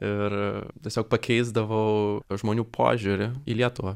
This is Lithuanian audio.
ir tiesiog pakeisdavau žmonių požiūrį į lietuvą